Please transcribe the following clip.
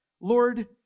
Lord